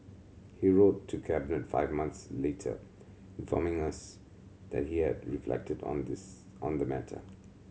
he wrote to Cabinet five months later informing us that he had reflected on this on the matter